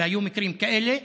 והיו מקרים כאלה,